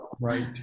right